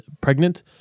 pregnant